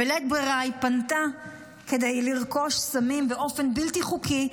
בלית ברירה היא פנתה כדי לרכוש סמים באופן בלתי חוקי,